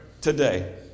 Today